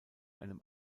einem